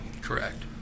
correct